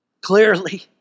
Clearly